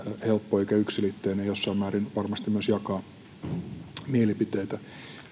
helppo eikä yksiselitteinen jossain määrin varmasti myös jakaa mielipiteitä